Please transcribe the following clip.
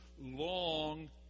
long